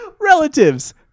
Relatives